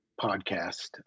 podcast